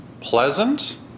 Pleasant